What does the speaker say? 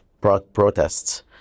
protests